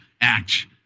Act